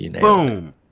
Boom